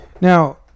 Now